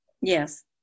Yes